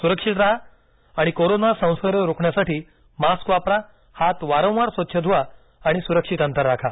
सुरक्षित राहा आणि कोरोना संसर्ग रोखण्यासाठी मास्क वापरा हात वारंवार स्वच्छ धुवा सुरक्षित अंतर ठेवा